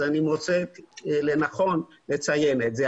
אני מוצאת לנכון לציין זאת.